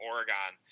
Oregon